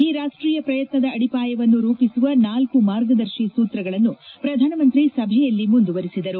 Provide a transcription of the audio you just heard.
ಈ ರಾಷ್ಟೀಯ ಪ್ರಯತ್ನದ ಅಡಿಪಾಯವನ್ನು ರೂಪಿಸುವ ನಾಲ್ಕು ಮಾರ್ಗದರ್ಶಿ ಸೂತ್ರಗಳನ್ನು ಪ್ರಧಾನಮಂತ್ರಿ ಸಭೆಯ ಮುಂದಿರಿಸಿದರು